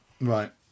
Right